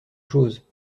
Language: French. chose